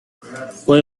fue